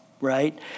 right